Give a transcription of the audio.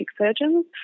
surgeons